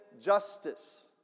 justice